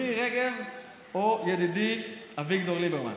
מירי רגב או ידידי אביגדור ליברמן?